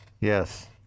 Yes